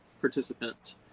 participant